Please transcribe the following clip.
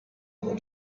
over